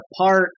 apart